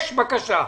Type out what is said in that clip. יש בקשה.